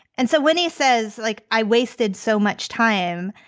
and so when he says, like, i wasted so much time,